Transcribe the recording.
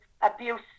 abuse